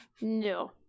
no